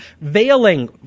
veiling